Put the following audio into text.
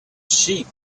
sheep